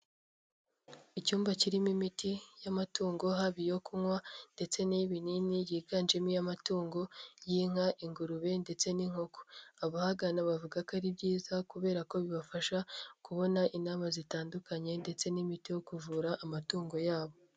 Icyumba kirimo imiti y'amatungo, haba iyo kunywa ndetse n'iy'ibinini, yiganjemo iy'amatungo y'inka, ingurube ndetse n'inkoko, abahagana bavuga ko ari byiza kubera ko bibafasha kubona inama zitandukanye ndetse n'imiti yo kuvura amatungo yabo.